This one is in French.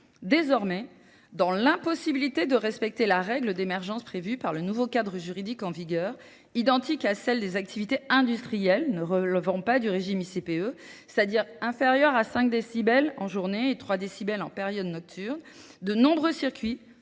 Désormais, dans l'impossibilité de respecter la règle d'émergence prévue par le nouveau cadre juridique en vigueur, identique à celle des activités industrielles, ne relevant pas du régime ICPE, c'est-à-dire inférieur à 5 décibels en journée et 3 décibels en période nocturne, de nombreux circuits